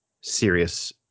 serious